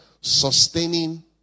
sustaining